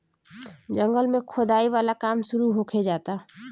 जंगल में खोदाई वाला काम शुरू होखे जाता